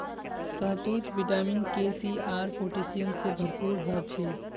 शहतूत vitamin K, C आर potassium से भरपूर ह छे